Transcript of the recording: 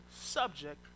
subject